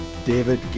David